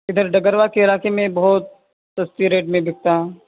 ادھر ڈگروا کے علاقے میں بہت سستے ریٹ میں بکتا ہے